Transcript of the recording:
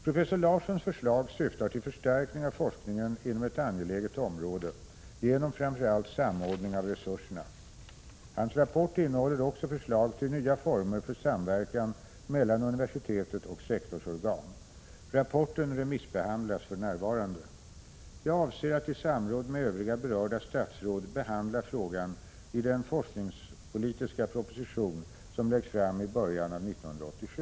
Professor Larssons förslag syftar till förstärkning av forskningen inom ett angeläget område genom framför allt samordning av resurserna. Hans rapport innehåller också förslag till nya former för samverkan mellan universitet och sektorsorgan. Rapporten remissbehandlas för närvarande. Jag avser att i samråd med övriga berörda statsråd behandla frågan i den forskningspolitiska proposition som läggs fram i början av 1987.